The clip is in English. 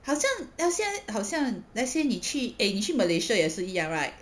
好像那些好像 lets say 你去 eh 你去 malaysia 也是一样 right